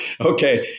Okay